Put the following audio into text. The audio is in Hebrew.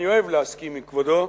ואני אוהב להסכים עם כבודו,